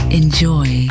enjoy